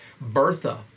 Bertha